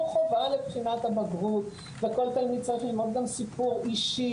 חובה לבחינת הבגרות וכל תלמיד צריך ללמוד גם סיפור אישי,